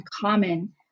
common